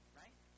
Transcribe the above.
right